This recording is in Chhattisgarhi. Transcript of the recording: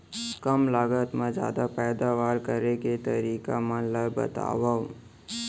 कम लागत मा जादा पैदावार करे के तरीका मन ला बतावव?